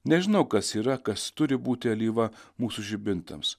nežinau kas yra kas turi būti alyva mūsų žibintams